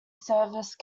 service